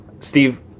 Steve